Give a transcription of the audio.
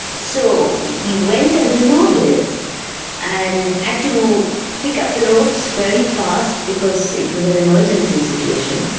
so he went as a novice and had to pick up the ropes very fast because it was an emergency situation.